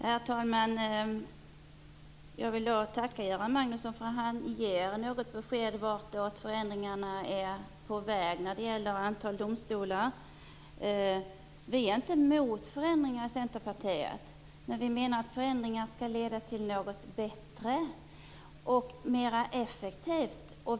Herr talman! Jag vill tacka Göran Magnusson för att hans besked om i vilken riktning förändringarna är på väg när det gäller antalet domstolar. Vi i Centerpartiet är inte emot förändringar, men vi menar att förändringar skall leda till något som är bättre och mera effektivt.